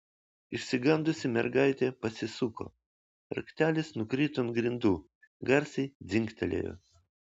išsigandusi mergaitė pasisuko raktelis nukrito ant grindų garsiai dzingtelėjo